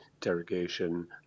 derogation